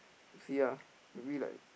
see ah maybe like